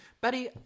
Betty